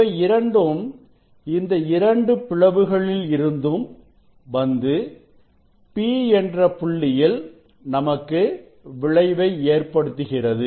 இவை இரண்டும் இந்த இரண்டு பிளவுகளில் இருந்தும் வந்து P என்ற புள்ளியில் நமக்கு விளைவை ஏற்படுத்துகிறது